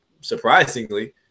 surprisingly